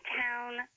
town